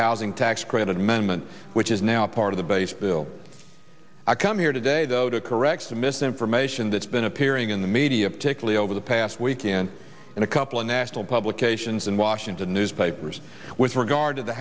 housing tax credit memon which is now part of the base bill i come here today though to correct the misinformation that's been appearing in the media particularly over the past weekend and a couple of national publications in washington newspapers with regard to the